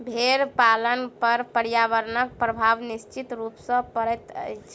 भेंड़ पालन पर पर्यावरणक प्रभाव निश्चित रूप सॅ पड़ैत छै